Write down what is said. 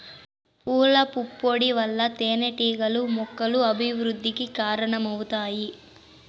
పూల పుప్పొడి వల్ల తేనెటీగలు మొక్కల అభివృద్ధికి కారణమవుతాయి